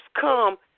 come